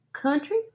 country